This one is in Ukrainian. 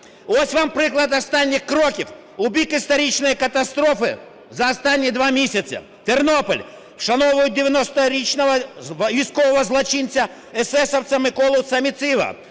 Ось вам приклад останніх кроків у бік історичної катастрофи за останні два місяця. Тернопіль: вшановують 90-річного військового злочинця есесівця Миколу Саміціва.